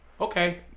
Okay